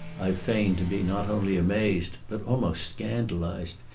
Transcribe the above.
i feigned to be not only amazed but almost scandalized.